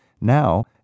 Now